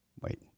wait